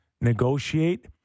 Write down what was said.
negotiate